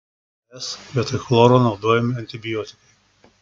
es vietoj chloro naudojami antibiotikai